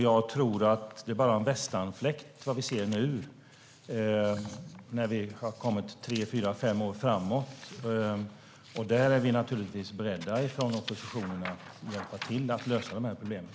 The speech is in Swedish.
Jag tror att det vi ser nu bara är en västanfläkt mot när vi har kommit tre, fyra, fem år framåt. Där är vi från oppositionen beredda att hjälpa till att lösa problemen.